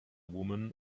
woman